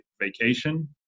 vacation